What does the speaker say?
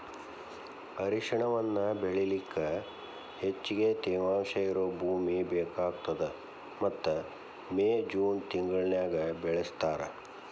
ಅರಿಶಿಣವನ್ನ ಬೆಳಿಲಿಕ ಹೆಚ್ಚಗಿ ತೇವಾಂಶ ಇರೋ ಭೂಮಿ ಬೇಕಾಗತದ ಮತ್ತ ಮೇ, ಜೂನ್ ತಿಂಗಳನ್ಯಾಗ ಬೆಳಿಸ್ತಾರ